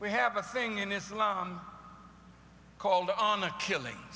we have a thing in islam called on the killing